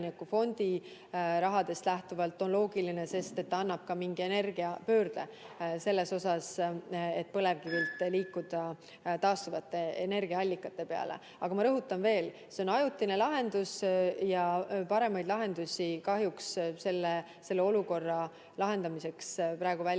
fondi rahast lähtuvalt on see loogiline, sest ta annab mingi energiapöörde selleks, et põlevkivilt liikuda taastuvate energiaallikate peale. Aga ma rõhutan veel: see on ajutine lahendus ja paremaid lahendusi kahjuks selle olukorra lahendamiseks praegu välja